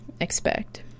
expect